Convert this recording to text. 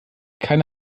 keine